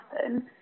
happen